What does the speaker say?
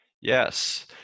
Yes